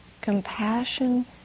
compassion